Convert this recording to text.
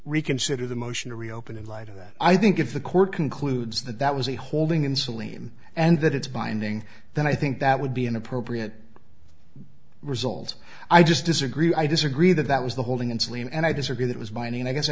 reconsider the motion to reopen in light of that i think if the court concludes that that was a holding in selenium and that it's binding then i think that would be an appropriate result i just disagree i disagree that that was the holding in saline and i disagree that was binding i guess